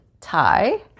tie